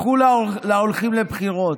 בכו להולכים לבחירות.